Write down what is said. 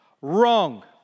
wrong